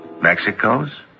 Mexico's